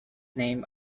named